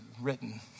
written